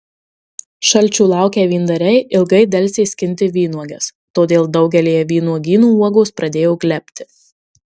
šalčių laukę vyndariai ilgai delsė skinti vynuoges todėl daugelyje vynuogynų uogos pradėjo glebti